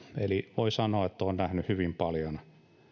eli voi sanoa että olen nähnyt hyvin paljon